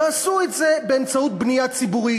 ועשו את זה באמצעות בנייה ציבורית.